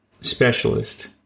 specialist